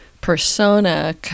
persona